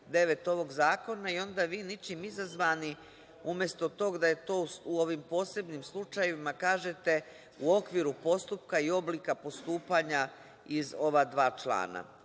199. ovog zakona i onda vi ničim izazvani umesto toga da je to u posebnim slučajevima kažete – u okviru postupka i oblika postupanja iz ova dva člana.